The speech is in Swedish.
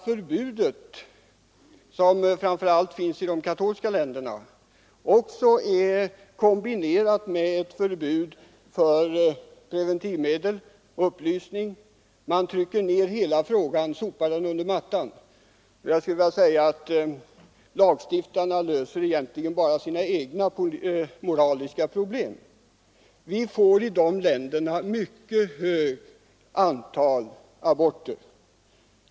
Förbudet, som framför allt finns i de katolskt dominerade länderna, är kombinerat med förbud mot preventivmedel och upplysning. I de länderna trycker man så att säga ner hela denna fråga och sopar den under mattan. Jag vill påstå att lagstiftarna där egentligen bara löser sina egna moraliska problem. I de länderna får man ett mycket stort antal aborter.